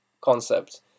concept